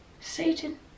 satan